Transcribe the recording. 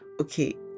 okay